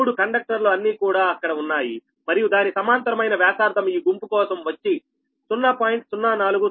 మూడు కండక్టర్ లు అన్నీ కూడా అక్కడ ఉన్నాయి మరియు దాని సమాంతరమైన వ్యాసార్థం ఈ గుంపు కోసం వచ్చి 0